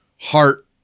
heart